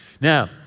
Now